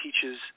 teaches